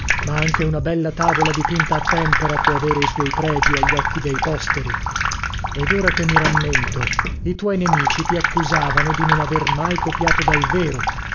ma anche una bella tavola dipinta a tempera può avere i suoi pregi agli occhi dei posteri ed ora che mi rammento i tuoi nemici ti accusavano di non aver mai copiato dal vero